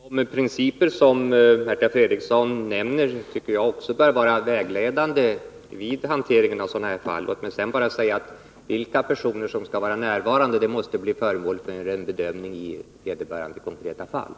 Herr talman! De principer som Märta Fredrikson nämner tycker också jag bör vara vägledande vid hanteringen av sådana här fall. Låt mig sedan bara säga att frågan om vilka personer som skall vara närvarande måste bli föremål för bedömning i de konkreta fallen.